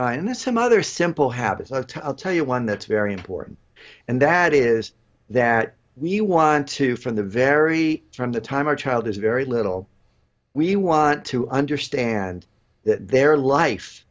mind there's some other simple habits i tell you one that's very important and that is that we want to from the very from the time our child is very little we want to understand that their life